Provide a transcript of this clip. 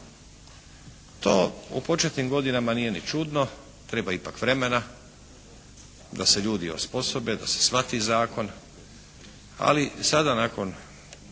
To u početnim godinama nije ni čudno, treba ipak vremena da se ljudi osposobe, da se shvati zakon, ali sada nakon